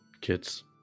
kids